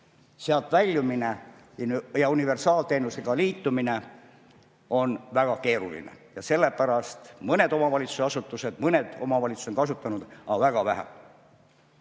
Sealt väljumine ja universaalteenusega liitumine on väga keeruline. Ja sellepärast mõned omavalitsused on seda kasutanud, aga väga vähe.